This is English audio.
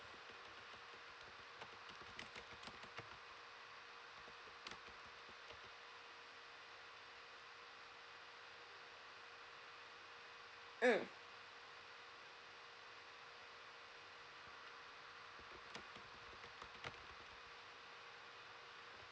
mm